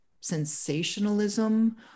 sensationalism